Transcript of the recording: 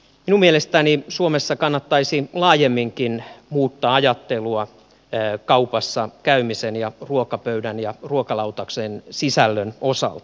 minun mielestäni suomessa kannattaisi laajemminkin muuttaa ajattelua kaupassa käymisen ja ruokapöydän ja ruokalautasen sisällön osalta